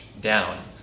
down